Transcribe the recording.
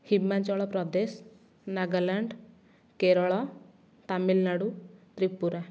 Himachal Pradesh Nagaland Kerala Tamil Nadu Tripura